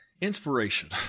inspiration